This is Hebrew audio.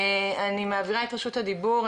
אני מעבירה את רשות הדיבור.